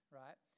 right